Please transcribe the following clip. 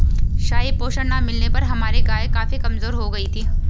सही पोषण ना मिलने पर हमारी गाय काफी कमजोर हो गयी थी